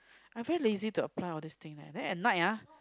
I very lazy to apply all this thing leh then at night ah